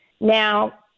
Now